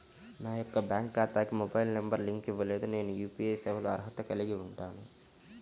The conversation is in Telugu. నా యొక్క బ్యాంక్ ఖాతాకి మొబైల్ నంబర్ లింక్ అవ్వలేదు నేను యూ.పీ.ఐ సేవలకు అర్హత కలిగి ఉంటానా?